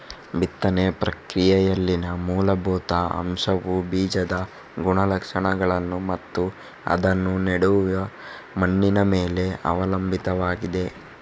ಬಿತ್ತನೆ ಪ್ರಕ್ರಿಯೆಯಲ್ಲಿನ ಮೂಲಭೂತ ಅಂಶವುಬೀಜದ ಗುಣಲಕ್ಷಣಗಳನ್ನು ಮತ್ತು ಅದನ್ನು ನೆಡುವ ಮಣ್ಣಿನ ಮೇಲೆ ಅವಲಂಬಿತವಾಗಿದೆ